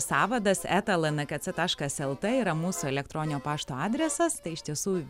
sąvadas eta lnkc taškas lt yra mūsų elektroninio pašto adresas tai iš tiesų